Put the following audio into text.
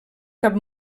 cap